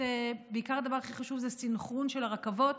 הכי חשוב זה סנכרון של הרכבות.